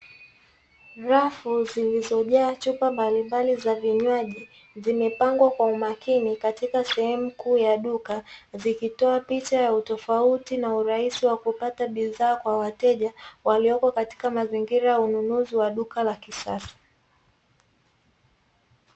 Rafu zilizojaa chupa mbalimbali za vinywaji zimepangwa kwa umakini katika sehemu kuu ya duka, zikitoa picha ya utofauti na uraisi wa kupata bidhaa kwa wateja, walioko katika mazingira ya ununuzi wa duka la kisasa.